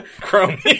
Chrome